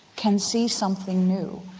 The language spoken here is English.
can see something new.